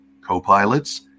co-pilots